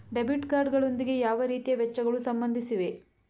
Debit card ಗಳೊಂದಿಗೆ ಯಾವ ರೀತಿಯ ವೆಚ್ಚಗಳು ಸಂಬಂಧಿಸಿವೆ?